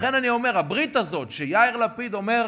ולכן אני אומר, הברית הזאת, שיאיר לפיד אומר,